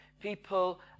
people